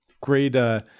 great